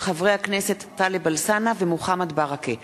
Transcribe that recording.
בעקבות הצעות לסדר-היום של חברי הכנסת טלב אלסאנע ומוחמד ברכה.